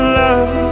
love